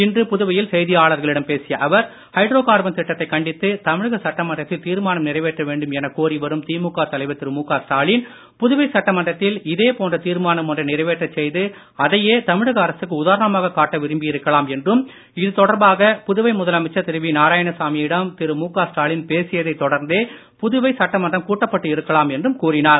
இன்று புதுவையில் செய்தியாளர்களிடம் பேசிய அவர் ஹைட்ரோகார்பன் திட்டத்தை கண்டித்து தமிழக சட்டமன்றத்தில் தீர்மானம் நிறைவேற்ற வேண்டும் என கோரி வரும் திமுக தலைவர் திரு மு க ஸ்டாலின் புதுவை சட்டமன்றத்தில் இதேபோன்ற தீர்மானம் ஒன்றை நிறைவேற்றச் செய்து அதையே தமிழக அரசுக்கு உதாரணமாகக் காட்ட விரும்பியிருக்கலாம் என்றும் இது தொடர்பாக புதுவை முதலமைச்சர் திரு வி நாராயணசாமியிடம் திரு மு க ஸ்டாலின் பேசியதை தொடர்ந்தே புதுவை சட்டமன்றம் கூட்டப்பட்டு இருக்கலாம் என்றும் கூறினார்